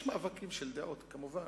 יש מאבקים של דעות, כמובן.